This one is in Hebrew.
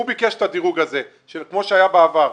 הוא ביקש את הדירוג הזה, כמו שהיה בעבר.